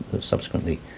subsequently